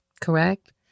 correct